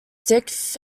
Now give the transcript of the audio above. stiff